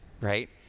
right